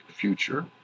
future